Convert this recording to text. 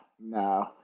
No